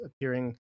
appearing